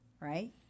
right